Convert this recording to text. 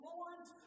Lord's